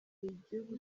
igihugu